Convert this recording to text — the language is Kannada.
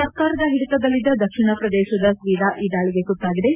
ಸರ್ಕಾರದ ಹಿಡಿತದಲ್ಲಿದ್ದ ದಕ್ಷಿಣ ಪ್ರದೇಶದ ಸ್ವೀಡಾ ಈ ದಾಳಿಗೆ ತುತ್ತಾಗಿದೆ